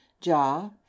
jaw